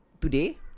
today